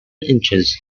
inches